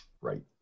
Right